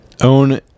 Own